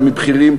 ומבכירים,